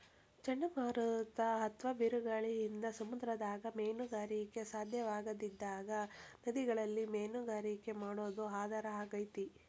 ಚಂಡಮಾರುತ ಅತ್ವಾ ಬಿರುಗಾಳಿಯಿಂದ ಸಮುದ್ರದಾಗ ಮೇನುಗಾರಿಕೆ ಸಾಧ್ಯವಾಗದಿದ್ದಾಗ ನದಿಗಳಲ್ಲಿ ಮೇನುಗಾರಿಕೆ ಮಾಡೋದು ಆಧಾರ ಆಗೇತಿ